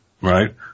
right